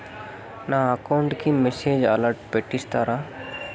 నా అకౌంట్ కి message alert పెట్టిస్తారా